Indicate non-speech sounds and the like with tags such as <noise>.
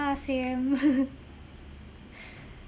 same <laughs>